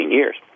years